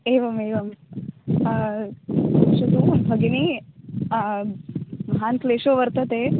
एवम् एवम् शृणु भगिनी महान् क्लेशो वर्तते